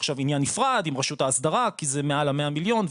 עכשיו עניין נפרד עם רשות ההסדרה כי זה מעל ה-100 מיליון,